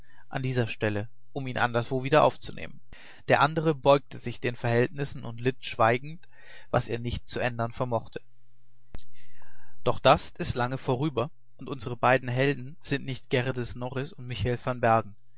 an dieser stelle um ihn anderswo wieder aufzunehmen der andere beugte sich den verhältnissen und litt schweigend was er nicht zu ändern vermochte doch das ist lange vorüber und unsere beiden helden sind nicht geerdes norris und michael